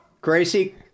Gracie